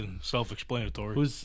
self-explanatory